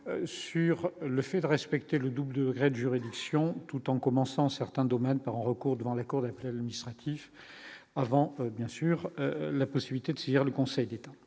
sur le fait de respecter le double degré de juridiction tout en commençant certains domaines par un recours devant la cour d'appeler administratif avant bien sûr la possibilité de saisir le Conseil d'État,